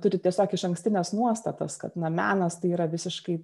turi tiesiog išankstines nuostatas kad na menas tai yra visiškai